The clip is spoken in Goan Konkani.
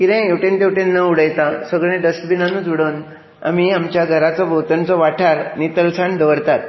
कितेंय हेवटेन तेवटेन न उडयता सगळें डस्बिनानूच उडोवन आमी आमच्या घराचो भोंवतणचो वाठार नितळसाण दवरतात